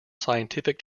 scientific